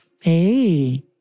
Hey